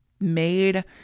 made